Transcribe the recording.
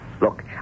Look